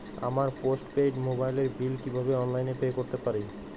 আমার post paid মোবাইলের bill কীভাবে অনলাইনে পে করতে পারি?